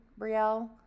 Brielle